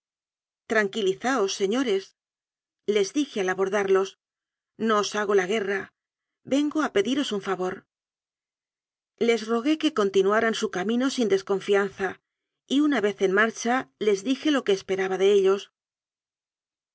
defensiva tranquilizáos seño resles dije al abordarlos no os hago la gue rra vengo a pediros un favor les rogué que continuaran su camino sin desconfianza y una vez en marcha les dije lo que esperaba de ellosse